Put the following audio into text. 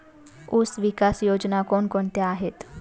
ऊसविकास योजना कोण कोणत्या आहेत?